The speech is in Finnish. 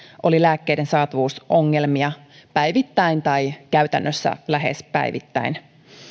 oli lääkkeiden saatavuusongelmia päivittäin tai käytännössä lähes päivittäin